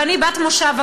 אני בת מושב,